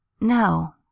No